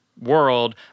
world